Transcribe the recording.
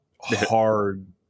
hard